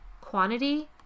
quantity